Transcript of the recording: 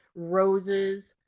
roses,